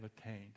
attained